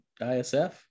ISF